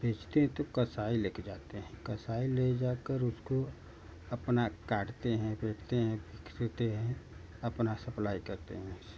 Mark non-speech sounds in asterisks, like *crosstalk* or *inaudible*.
बेचते हैं तो कसाई ले कर जाते हैं कसाई ले जा कर उसको अपना काटते हैं बेचते हैं *unintelligible* हैं अपना सप्लाई करते हैं उस